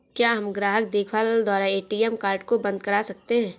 क्या हम ग्राहक देखभाल द्वारा ए.टी.एम कार्ड को बंद करा सकते हैं?